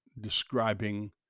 describing